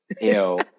Ew